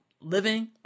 living